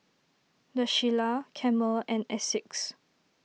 the Shilla Camel and Asics